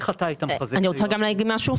גם אני רוצה לומר משהו.